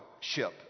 ship